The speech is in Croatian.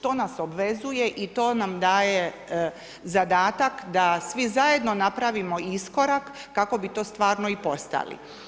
To nas obvezuje i to nam daje zadatak da svi zajedno napravimo iskorak kako bi to stvarno i postali.